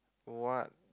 what